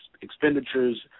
expenditures